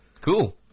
cool